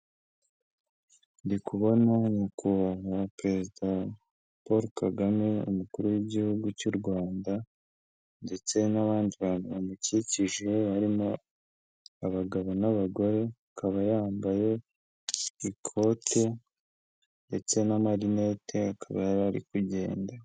Ndi kubona nyakubahwa perezida Paul Kagame, umukuru w'igihugu cy'u Rwanda ndetse n'abandi bamukikije harimo abagabo n'abagore, akaba yambaye ikote ndetse n'amarinete, akaba yari ari kugenda.